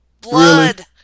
Blood